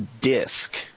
disc